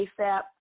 ASAP